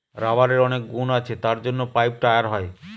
রাবারের অনেক গুণ আছে তার জন্য পাইপ, টায়ার হয়